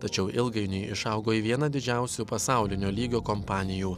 tačiau ilgainiui išaugo į vieną didžiausių pasaulinio lygio kompanijų